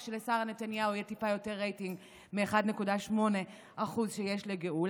רק שלשרה נתניהו יהיה טיפה יותר רייטינג מ-1.8% שיש לגאולה.